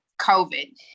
COVID